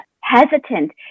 hesitant